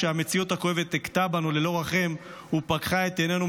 כשהמציאות הכואבת הכתה בנו ללא רחם ופקחה את עינינו,